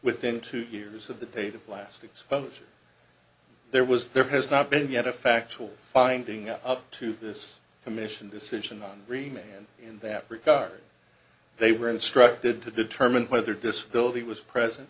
within two years of the date of plastics poachers there was there has not been yet a factual finding of up to this commission decision on remains and in that regard they were instructed to determine whether disability was present